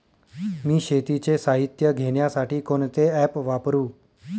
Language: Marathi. मी शेतीचे साहित्य घेण्यासाठी कोणते ॲप वापरु?